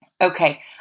Okay